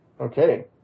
Okay